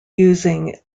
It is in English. using